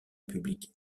public